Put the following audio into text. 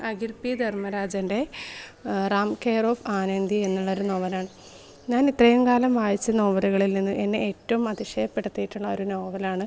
Akhil P ധർമ്മരാജൻ്റെ Ram care of Anandi എന്നുള്ളൊരു നോവലാണ് ഞാൻ ഇത്രയും കാലം വായിച്ച നോവലുകളിൽ നിന്ന് എന്നെ ഏറ്റവും അതിശയപ്പെടുത്തിയിട്ടുള്ള ഒരു നോവലാണ്